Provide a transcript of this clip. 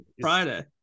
Friday